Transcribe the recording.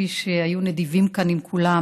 כפי שהיו נדיבים כאן עם כולם,